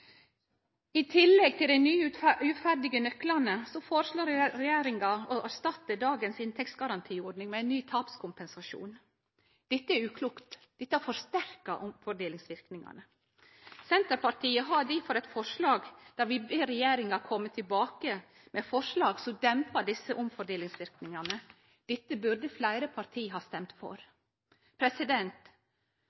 I tillegg til dei nye, uferdige nøklane føreslår regjeringa å erstatte dagens inntektsgarantiordning med ei ny tapskompensasjonordning. Dette er uklokt. Dette forsterkar omfordelingsverknadene. Senterpartiet har difor eit forslag der vi ber regjeringa kome tilbake med forslag som dempar desse omfordelingsverknadene. Dette burde fleire parti ha stemt for.